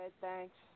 thanks